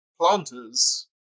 planters